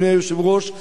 אדוני היושב-ראש,